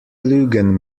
lügen